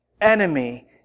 enemy